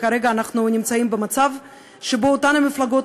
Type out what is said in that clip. כרגע אנחנו נמצאים במצב שבו אותן המפלגות,